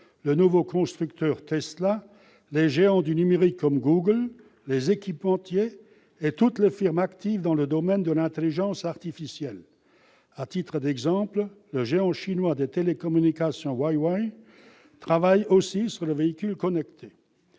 le nouveau constructeur Tesla, les géants du numérique, comme Google, les équipementiers et toutes les firmes actives dans le domaine de l'intelligence artificielle. À titre d'exemple, le géant chinois des télécommunications Huawei travaille aussi sur le véhicule connecté.